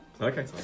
Okay